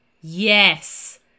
Yes